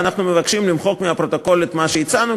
ואנחנו מבקשים למחוק מהפרוטוקול את מה שהצענו,